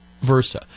versa